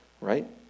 Right